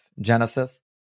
Genesis